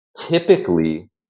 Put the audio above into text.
typically